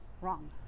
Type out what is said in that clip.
Wrong